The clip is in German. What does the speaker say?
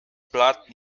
blatt